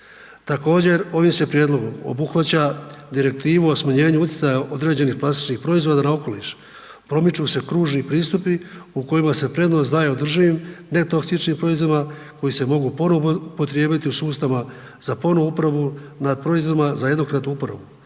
Također, ovim se prijedlogom obuhvaća direktiva o smanjenju utjecaja određenih plastičnih proizvoda na okoliš. Promiču su kružni pristupi u kojima se prednost daje održivim netoksičnim proizvodima koji se mogu ponovno upotrijebiti u sustavima za ponovnu uporabu nad proizvodima za jednokratnu uporabu